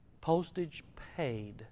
postage-paid